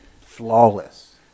flawless